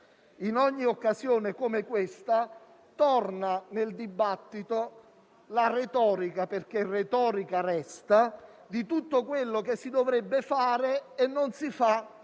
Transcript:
In ogni occasione come questa torna nel dibattito la retorica - che tale resta - su tutto quello che si dovrebbe fare e non si fa per